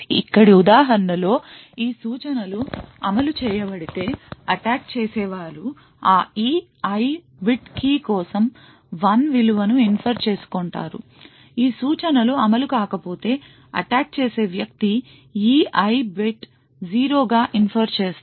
ఇక్కడి ఉదాహరణ లో ఈ సూచనలు అమలు చేయబడితే అటాక్ చేసేవారు ఆ E i bit key కోసం 1 విలువ ను ఇన్ఫర్ చేసు కుంటారు ఈ సూచనలు అమలు కాకపోతే అటాక్ చేసిన వ్యక్తి E i బిట్ 0 గా ఇన్ఫర్ చేస్తాడు